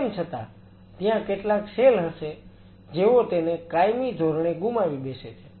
તેમ છતાં ત્યાં કેટલાક સેલ હશે જેઓ તેને કાયમી ધોરણે ગુમાવી બેસે છે